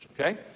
Okay